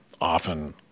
often